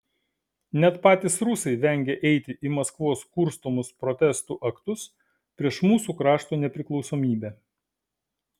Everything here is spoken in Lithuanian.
net patys rusai vengia eiti į maskvos kurstomus protestų aktus prieš mūsų krašto nepriklausomybę